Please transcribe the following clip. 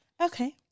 Okay